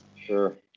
Sure